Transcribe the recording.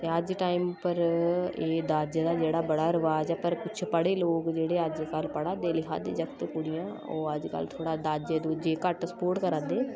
ते अज्ज टाइम उप्पर एह् दाजै दा जेह्ड़ा बड़ा रवाज ऐ पर कुछ पढ़े लोक जेह्ड़े अज्जकल पढ़ा दे लिखा दे जागत कुड़ियां ओह् अज्जकल थोह्ड़ा दाजै दुजे घट्ट सपोर्ट करा दे